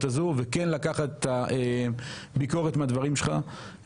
הזאת וכן לקחת את הביקורת מהדברים שלך,